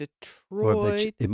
detroit